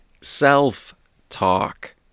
self-talk